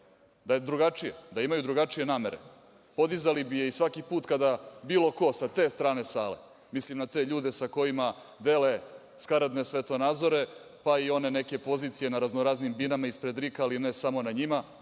Da je drugačije, da imaju drugačije namere, podizali bi je i svaki put kada bilo ko sa te strane sale, mislim na te ljude sa kojima dele skaradne svetonadzore, pa i one neke pozicije na raznoraznim binama ispred RIK-a, ali ne samo na njima,